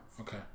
Okay